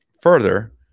Further